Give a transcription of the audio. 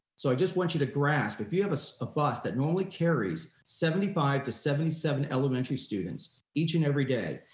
so i just want you to grasp, if you have a so bus that normally carries seventy five to seventy seven elementary students each and every day,